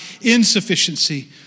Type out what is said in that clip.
insufficiency